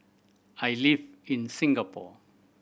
I live in Singapore